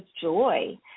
joy